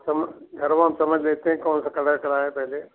असल में घरवा में समझ लेते हैं कौन सा कलर कराए पहले